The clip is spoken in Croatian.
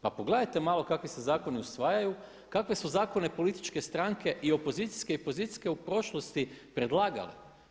Pa pogledajte malo kakvi se zakoni usvajaju, kakve su zakone političke stranke i opozicijske i pozicijske u prošlosti predlagali.